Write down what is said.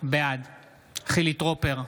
בעד חילי טרופר,